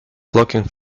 blocking